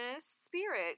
Spirit